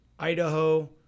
Idaho